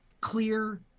clear